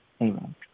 Amen